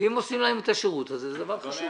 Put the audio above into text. ואם עושים להם את השירות הזה, זה דבר חשוב.